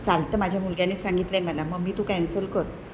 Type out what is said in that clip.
चालतं माझ्या मुलग्याने सांगितलं आहे मला मम्मी तू कॅन्सल कर